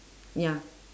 ya